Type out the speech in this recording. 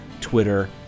Twitter